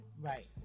Right